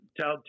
Tell